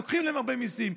לוקחים להם הרבה מיסים,